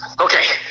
Okay